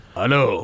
Hello